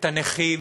את הנכים,